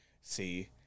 See